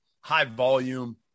high-volume